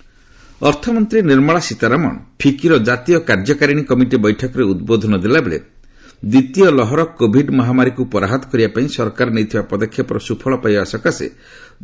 ସୀତାରମଣ ଅକ୍ନିକେନ୍ ଅର୍ଥମନ୍ତ୍ରୀ ନିର୍ମଳା ସୀତାରମଣ ଫିକିର ଜାତୀୟ କାର୍ଯ୍ୟକାରିଣୀ କମିଟି ବୈଠକରେ ଉଦ୍ବୋଧନ ଦେଲାବେଳେ ଦ୍ୱିତୀୟ ଲହର କୋଭିଡ୍ ମହାମାରୀକୁ ପରାହତ କରିବାପାଇଁ ସରକାର ନେଇଥିବା ପଦକ୍ଷେପର ସ୍ୱଫଳ ପାଇବା ସକାଶେ